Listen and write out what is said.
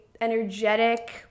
energetic